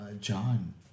John